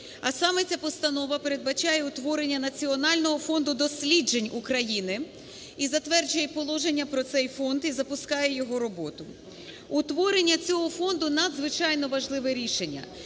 А саме ця постанова передбачає утворення Національного фонду досліджень України і затверджує положення про цей фонд, і запускає його роботу. Утворення цього фонду – надзвичайно важливе рішення,